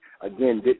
Again